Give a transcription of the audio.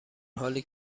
حالی